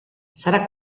sarà